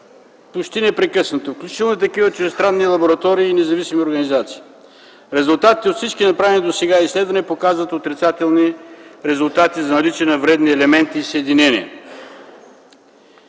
почти непрекъснато, включително и такива от чуждестранни лаборатории и независими организации. Резултатите от всички направени досега изследвания показват отрицателни резултати за наличие на вредни елементи и съединения.